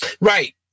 Right